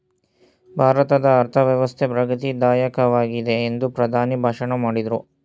ಭಾರತದ ಅರ್ಥವ್ಯವಸ್ಥೆ ಪ್ರಗತಿ ದಾಯಕವಾಗಿದೆ ಎಂದು ಪ್ರಧಾನಿ ಭಾಷಣ ಮಾಡಿದ್ರು